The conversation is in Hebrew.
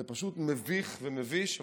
זה פשוט מביך ומביש.